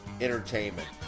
entertainment